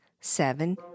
seven